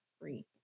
free